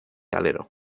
alero